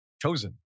chosen